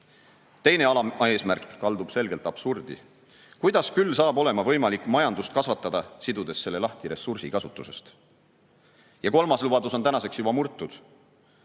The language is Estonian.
Teine alaeesmärk kaldub selgelt absurdi. Kuidas küll saab olla võimalik majandust kasvatada, sidudes selle lahti ressursikasutusest? Ja kolmas lubadus on tänaseks juba murtud.